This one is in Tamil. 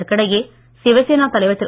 இதற்கிடையே சிவசேனா தலைவர் திரு